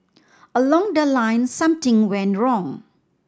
along the line something went wrong